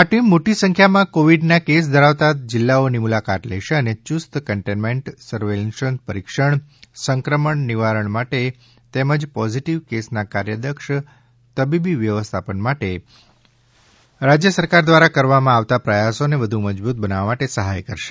આ ટીમ મોટી સંખ્યામાં કોવિડના કેસ ધરાવતા જીલ્લાઓની મુલાકાત લેશે અને યુસ્ત કન્ટેન્મેન્ટ સર્વેલન્સ પરિક્ષણ સંક્રમણ નિવારણ માટે તેમજ પોઝીટીવ કેસના કાર્યદક્ષ તબીબી વ્યવસ્થાપન માટે રાજ્ય સરકાર દ્વારા કરવામાં આવતા પ્રયાસોને વધુ મજબૂત બનાવવા માટે સહાય કરશે